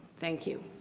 thank you.